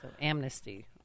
Amnesty